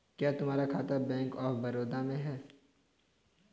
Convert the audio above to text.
क्या तुम्हारा खाता बैंक ऑफ बड़ौदा में है?